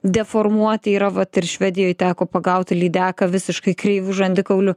deformuoti yra vat ir švedijoj teko pagauti lydeką visiškai kreivu žandikauliu